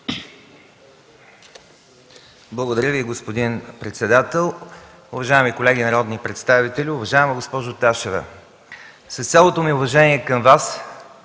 Благодаря, уважаеми господин председател. Уважаеми колеги народни представители! Уважаема госпожо Ташева, с цялото ми уважение към Вас